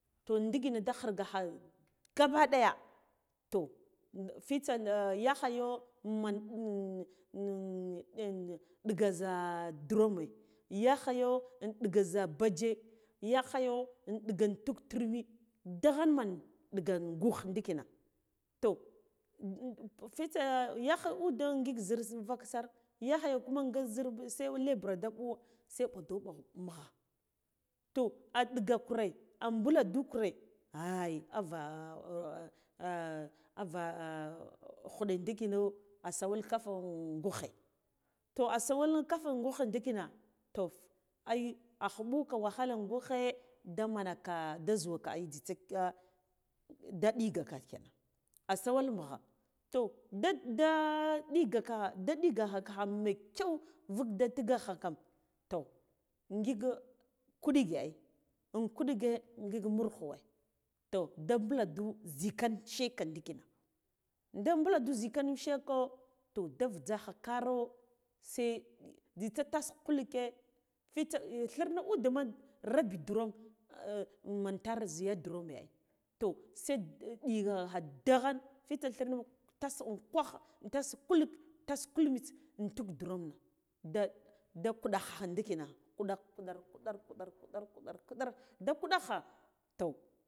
To ndikina ɗa khirgagha ngabo ɗaya toh fitsa yahayo man ndiga zha durome yakho yo man ndiga zha baje yakhayo ndiga intuk turmi daghan man ndiga ngugh ndikina toh fitsa yagh ude ngik zhir unvaksar yakhaya kuma nga zhir se lebura da ɓu se ɓadoɓa mugha toh adinga vure a mɓulandu kure khai ava ava khuɗe ndikino assawal kafe un gughe ndikina to ai a khuɓuka wahala ingughe damanka da zhuwaka ai njzitsa da ɗi gaka kenan asawal mugha to da da ɗagaka ɗiga kha mekyau vuk da tigakha kan toh ngik kuɗige ai in kuɗige in murkhuwe toh da bulan du khikan shekara ndikina da buladu zhikan sheka toh da vujzaha karo se jzitsa tasa kulukwe fatsa thirna udena rabi durom ah man tare zhiya durume ai toh se nɗigaha daghan fitsa thir tas ungwagh tas kuluk tas kul mitse untuk durume da da kuɗa kha nɗikina kuɗar kuɗar kuɗar kuɗar kuɗar kuɗar kuɗar da khuɗakha toh.